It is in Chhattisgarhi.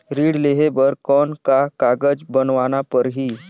ऋण लेहे बर कौन का कागज बनवाना परही?